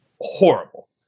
horrible